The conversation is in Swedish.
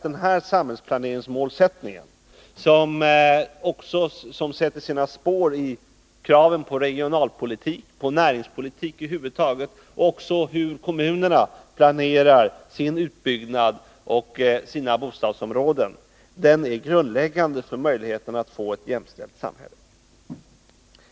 Den här samhällsplaneringsmålsättningen, som sätter sina spår i kraven på regionalpolitik och näringspolitik över huvud taget och också på kommunernas planering av sin utbyggnad på sina bostadsområden, är grundläggande för möjligheten att få ett jämställt samhälle.